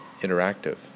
interactive